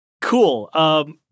cool